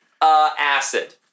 acid